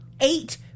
eight